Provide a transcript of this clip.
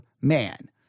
man